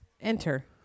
Enter